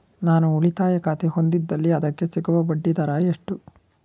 ನಾನು ಉಳಿತಾಯ ಖಾತೆ ಹೊಂದಿದ್ದಲ್ಲಿ ಅದಕ್ಕೆ ಸಿಗುವ ಬಡ್ಡಿ ದರ ಎಷ್ಟು?